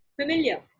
familiar